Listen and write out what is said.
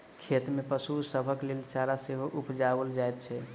खेत मे पशु सभक लेल चारा सेहो उपजाओल जाइत छै